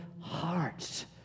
hearts